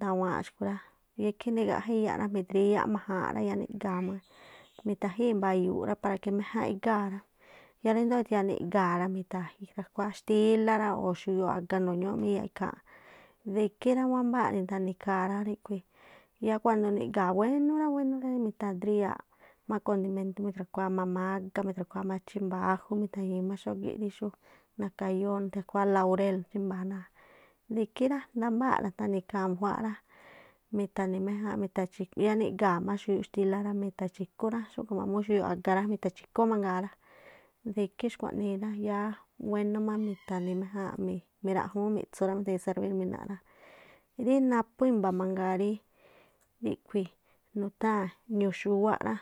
thawaan xúꞌkhu̱ rá, yáá ikhí nigaꞌja iyaꞌ rá midriyáꞌ majaanꞌ rá yáá niꞌga̱a̱ má. Mi̱tha̱gii̱ mba̱yuuꞌ rá, para que méjánꞌ igáa̱ rá, yáá ríndo̱o ítha̱ya̱a niꞌga̱a̱ rá, mi̱thajija mi̱tha̱kuáá xtílá rá o̱ xuñuuꞌ aga jndoo ñúú má iyaaꞌ ikháánꞌ, de ikhí rá wámbáa̱ nithani ikhaa rá, yáá cuandoo niga̱a̱ wénú rá, wénú mi̱tha̱driyaa̱ꞌ má condimento, mi̱thrakhuáá má mágá, mi̱thrakhuáá má chímba̱a̱ ájú, mí̱tha̱ñi̱i má xógíꞌ rí xú nakayóó, mi̱tra̱khuáá laurel chímba̱a̱ rá, de ikhí rá ndámbáa̱ ra̱tha̱ni̱ ikhaa mbujuááꞌ rá, mithani̱ méjáánꞌ mitha̱chij, yáá niga̱a̱ má xuyuuꞌ xtílá rá, mi̱tha̱chi̱kú rá, xúkhui má mú xuyuuꞌ aga̱ rá, mi̱tha̱chi̱kú má mangaa rá, de ikhí xkuaꞌnii rá yáá wénú má mitani méjáánꞌ miraꞌjúún miꞌtsu rá mithañii̱ serbír mina̱ rá. Ri naphú i̱mba̱ mangaa rá, rí ríꞌkhui̱ nutháa̱n ñu xúwáꞌ rá.